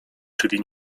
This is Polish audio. czyli